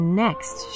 next